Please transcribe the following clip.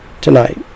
tonight